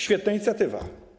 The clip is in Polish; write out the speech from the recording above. Świetna inicjatywa.